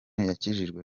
yakijijwe